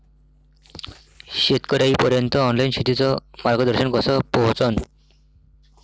शेतकर्याइपर्यंत ऑनलाईन शेतीचं मार्गदर्शन कस पोहोचन?